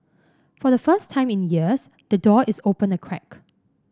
for the first time in years the door is open a crack